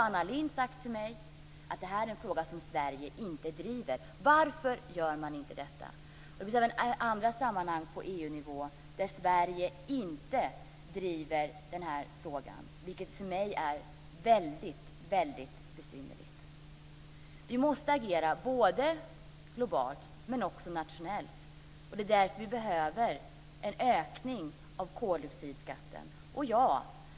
Anna Lindh har sagt till mig att detta är en fråga som Sverige inte driver. Varför gör man inte det? Det finns även andra sammanhang på EU-nivå där Sverige inte driver den här frågan, vilket jag tycker är väldigt besynnerligt. Vi måste agera både globalt och nationellt. Det är därför vi behöver en höjning av koldioxidskatten.